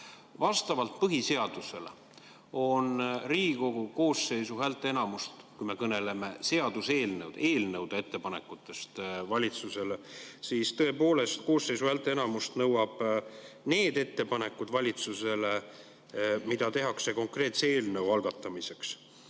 Vastavalt põhiseadusele on vaja Riigikogu koosseisu häälteenamust, kui me kõneleme seaduseelnõude ettepanekutest valitsusele. Tõepoolest, koosseisu häälteenamust nõuavad need ettepanekud valitsusele, mis tehakse konkreetse eelnõu algatamiseks.